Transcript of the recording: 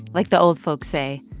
like the old folks say,